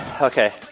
Okay